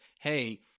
Hey